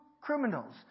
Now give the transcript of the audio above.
criminals